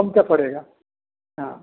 कम क्या पड़ेगा हाँ